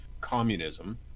communism